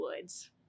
woods